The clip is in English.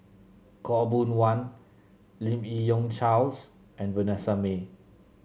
Khaw Boon Wan Lim Yi Yong Charles and Vanessa Mae